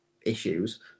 issues